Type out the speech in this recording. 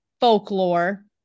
folklore